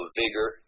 vigor